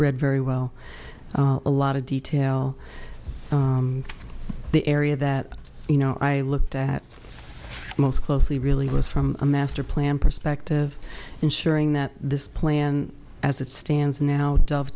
read very well a lot of detail the area that you know i looked at most closely really goes from a master plan perspective ensuring that this plan as it stands now dove